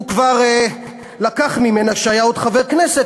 הוא כבר לקח ממנה כשעוד היה חבר כנסת,